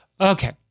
Okay